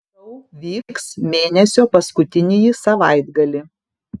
šou vyks mėnesio paskutinįjį savaitgalį